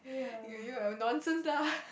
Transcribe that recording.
okay you have nonsense lah